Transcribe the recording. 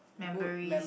memories